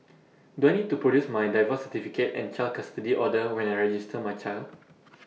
do I need to produce my divorce certificate and child custody order when I register my child